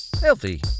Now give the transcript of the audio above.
Healthy